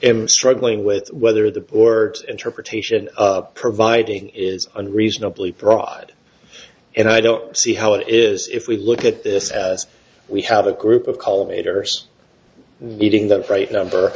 am struggling with whether the or interpretation providing is unreasonably broad and i don't see how it is if we look at this as we have a group of college majors meeting that right number